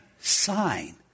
sign